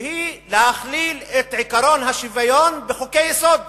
שהיא להכליל את חוקי השוויון בחוקי-יסוד.